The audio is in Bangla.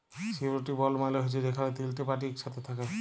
সিওরিটি বল্ড মালে হছে যেখালে তিলটে পার্টি ইকসাথে থ্যাকে